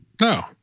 no